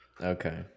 okay